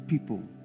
people